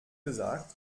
gesagt